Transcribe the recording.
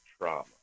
trauma